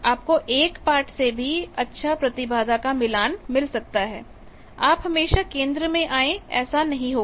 आपको 1 पार्ट् से भी अच्छा प्रतिबाधा का मिलान मिल सकता है आप हमेशा केंद्र में आए ऐसा नहीं होगा